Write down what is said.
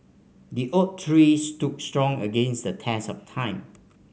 the oak tree stood strong against the test of time